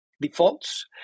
defaults